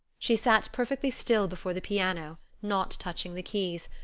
she sat perfectly still before the piano, not touching the keys,